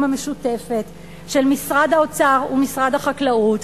המשותפת של משרד האוצר ומשרד החקלאות,